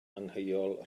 angheuol